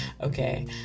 Okay